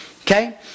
Okay